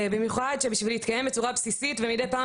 במיוחד שבשביל להתקיים בצורה בסיסית ומידי פעם